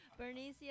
Bernicia